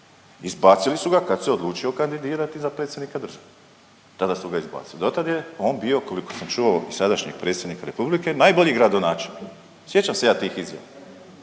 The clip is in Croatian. Izbacili su ga kad se odlučio kandidirati za predsjednika države. Tada su ga izbacili. Dotad je on bio, koliko sam čuo i sadašnjeg predsjednika Republike, najbolji gradonačelnik. Sjećam se ja tih izjava.